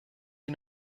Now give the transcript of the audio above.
you